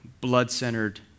blood-centered